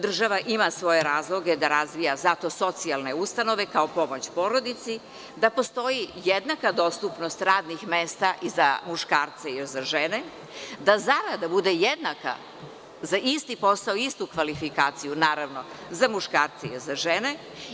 Država ima svoje razloge da razvija zato socijalne ustanove kao pomoć porodici, da postoji jednaka dostupnost radnih mesta i za muškarce i za žene, da zarada bude jednaka za isti posao, istu kvalifikaciju, naravno za muškarce i za žene.